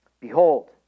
Behold